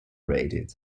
raided